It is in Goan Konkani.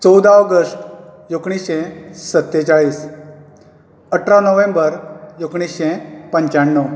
चौदा ऑगस्ट एकुणीशें सत्तेचाळीस अठरा नोव्हेंबर एकुणीशें पंचाण्णव